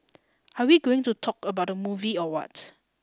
are we going to talk about the movie or what